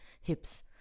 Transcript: hips